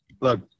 look